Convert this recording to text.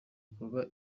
kuba